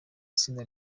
itsinda